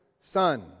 Son